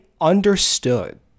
understood